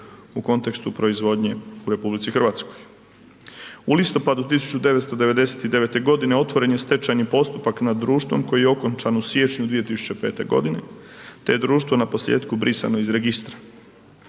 u kontekstu proizvodnje u RH. U listopadu 1999. g. otvoren je stečajni postupak nad društvom koji je okončan u siječnju 2005. g. te je društvo naposljetku brisano iz registra.